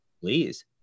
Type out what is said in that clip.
Please